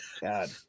God